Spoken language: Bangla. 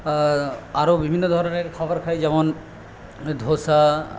আরও বিভিন্ন ধরনের খাবার খাই যেমন ধোসা